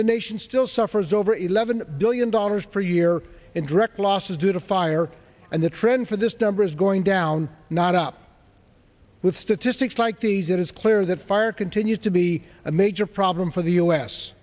the nation still suffers over eleven billion dollars per year in direct losses due to fire and the trend for this debris is going down not up with statistics like these it is clear that fire continues to be a major problem for the u s